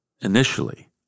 Initially